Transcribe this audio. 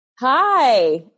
Hi